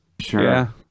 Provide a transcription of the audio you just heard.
Sure